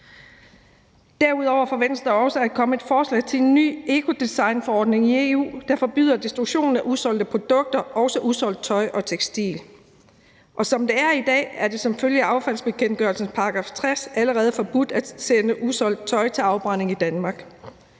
Derudover forventes der også at komme et forslag til en ny ecodesignforordning i EU, der forbyder destruktion af usolgte produkter, også usolgt tøj og tekstil. Som det er i dag, er det som følge af affaldsbekendtgørelsens § 60 allerede forbudt at sende usolgt tøj til afbrænding i Danmark.